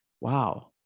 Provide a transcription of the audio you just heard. wow